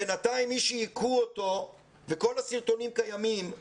בינתיים מי שהיכו אותו וכל הסרטונים קיימים,